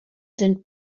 sind